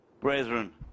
brethren